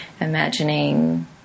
imagining